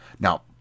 Now